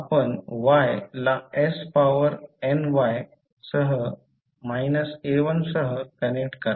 आपण y ला s power ny सह a1 सह कनेक्ट कराल